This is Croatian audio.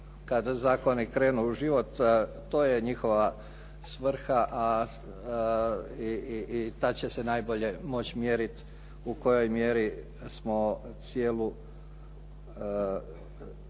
kada zakoni krenu u život to je njihova svrha, a tada će se najbolje moći mjeriti u kojoj mjeri smo cijelo